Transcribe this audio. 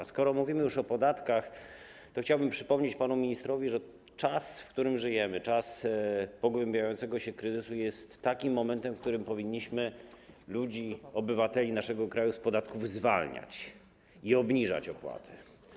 A skoro mówimy już o podatkach, to chciałbym przypomnieć panu ministrowi, że czas, w którym żyjemy, czas pogłębiającego się kryzysu jest takim momentem, w którym powinniśmy ludzi, obywateli naszego kraju z podatków zwalniać i obniżać opłaty.